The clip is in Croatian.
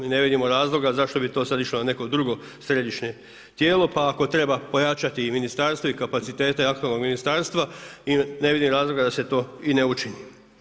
I ne vidimo razloga zašto bi to sada išlo na neko drugo središnje tijelo pa ako treba pojačati i ministarstvo i kapacitete aktualnog ministarstva i ne vidim razloga da se to i ne učini.